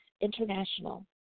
International